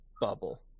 bubble